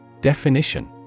Definition